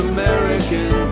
American